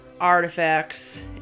artifacts